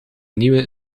nieuwe